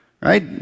right